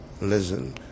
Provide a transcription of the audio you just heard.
Listen